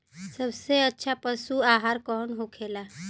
सबसे अच्छा पशु आहार कौन होखेला?